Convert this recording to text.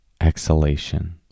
exhalation